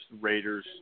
Raiders